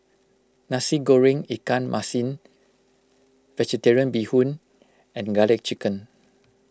Nasi Goreng Ikan Masin Vegetarian Bee Hoon and Garlic Chicken